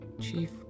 chief